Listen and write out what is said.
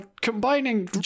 combining